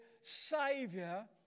Savior